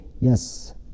Yes